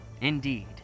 Indeed